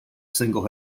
single